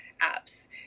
apps